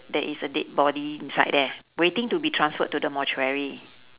there is a dead body inside there waiting to be transferred to the mortuary